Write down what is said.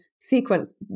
sequence